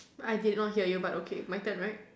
I did not hear you but okay my turn right